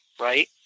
Right